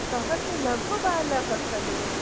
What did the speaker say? सः तु लघुबालः खलु